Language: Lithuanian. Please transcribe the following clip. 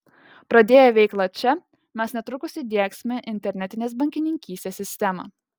pradėję veiklą čia mes netrukus įdiegsime internetinės bankininkystės sistemą